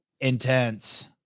Intense